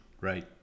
right